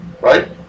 right